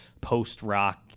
post-rock